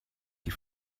die